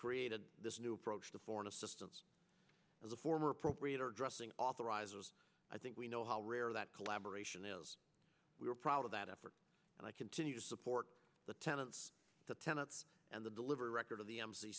created this new approach to foreign assistance as a former appropriate addressing authorizer i think we know how rare that collaboration is we are proud of that effort and i continue to support the tenants the tenets and the delivery record of the m c